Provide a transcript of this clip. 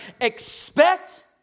expect